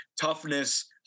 toughness